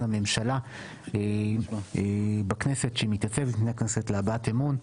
הממשלה בכנסת כשהיא מתייצבת בפני הכנסת להבעת אמון.